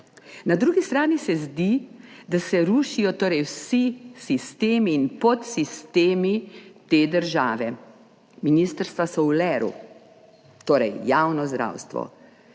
Na drugi strani se zdi, da se rušijo torej vsi sistemi in podsistemi te države. Ministrstva so v leru, torej javno zdravstvo,